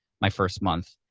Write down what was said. my first month,